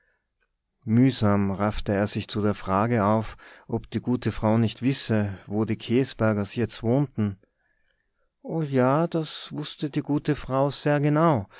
mühsam raffte er sich zu der frage auf ob die gute frau nicht wisse wo die käsbergers jetzt wohnten o ja das wußte die gute frau sehr genau